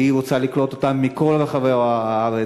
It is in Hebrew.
והיא רוצה לקלוט אותם מכל רחבי העולם.